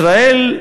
ישראל,